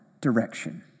direction